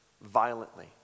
violently